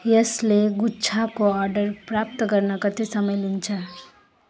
यसले गुच्छाको अर्डर प्राप्त गर्न कति समय लिन्छ